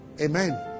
Amen